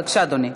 בבקשה, אדוני.